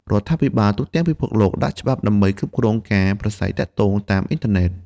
រដ្ឋាភិបាលទូទាំងពិភពលោកដាក់ច្បាប់ដើម្បីគ្រប់គ្រងការប្រាស្រ័យទាក់ទងតាមអ៊ីនធឺណិត។